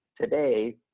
today